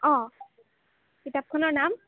অঁ কিতাপখনৰ নাম